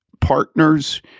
partners